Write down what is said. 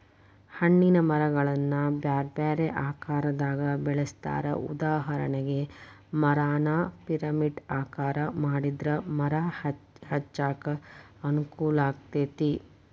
ಹಣ್ಣಿನ ಮರಗಳನ್ನ ಬ್ಯಾರ್ಬ್ಯಾರೇ ಆಕಾರದಾಗ ಬೆಳೆಸ್ತಾರ, ಉದಾಹರಣೆಗೆ, ಮರಾನ ಪಿರಮಿಡ್ ಆಕಾರ ಮಾಡಿದ್ರ ಮರ ಹಚ್ಚಾಕ ಅನುಕೂಲಾಕ್ಕೆತಿ